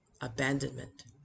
abandonment